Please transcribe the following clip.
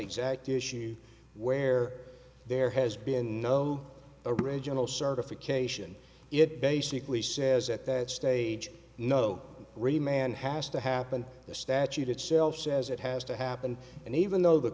exact issue where there has been no original certification it basically says at that stage no really man has to happen the statute itself says it has to happen and even though the